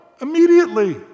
immediately